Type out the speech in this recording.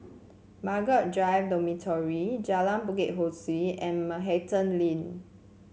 Margaret Drive Dormitory Jalan Bukit Ho Swee and Manhattan Inn